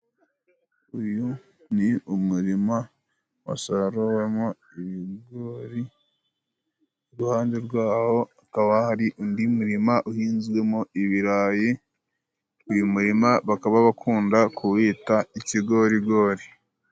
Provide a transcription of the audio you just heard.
Uyu ni umurima wasaruwemo ibigori, iruhande rwaho hakaba hari undi murima uhinzwemo ibirayi, uyu murima bakaba bakunda kuwita ikigorigori.